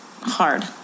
hard